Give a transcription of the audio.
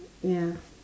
ya